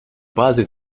базы